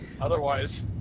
otherwise